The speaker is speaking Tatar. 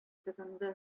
тотынды